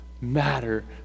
matter